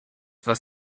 was